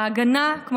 ההגנה על הפרטיות,